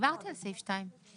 דיברתי על סעיף (2).